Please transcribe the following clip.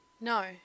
No